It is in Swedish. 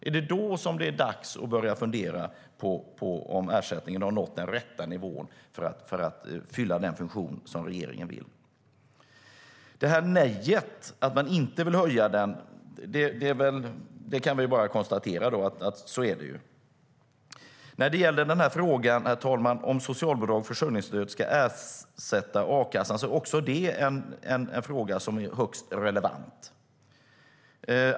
Är det då som det är dags att börja fundera på om ersättningen har nått den rätta nivån för att fylla den funktion som regeringen vill? Vi kan bara konstatera att det är ett nej, alltså att man inte vill höja ersättningen. Frågan om huruvida socialbidrag/försörjningsstöd ska ersätta a-kassan är också högst relevant.